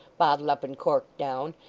bottled up and corked down,